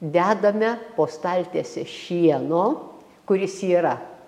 dedame po staltiese šieno kuris yra